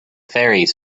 faeries